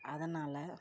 அதனால்